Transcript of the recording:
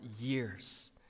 years